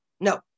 No